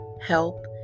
help